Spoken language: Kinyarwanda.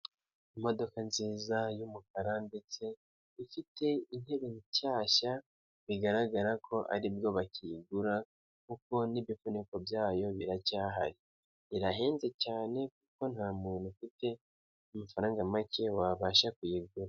Imodoka nziza y'umukara ndetse ifite intebe nshyashya bigaragara ko aribwo bakiyigura kuko n'ibifuniko byayo biracyahari, irahenze cyane kuko nta muntu ufite amafaranga make wabasha kuyigura.